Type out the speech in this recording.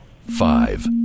Five